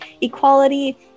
equality